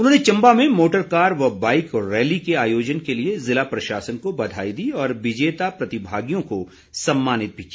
उन्होंने चम्बा में motor car व बाइक रैली के आयोजन के लिए ज़िला प्रशासन को बधाई दी और विजेता प्रतिभागियों को सम्मानित किया